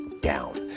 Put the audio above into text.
down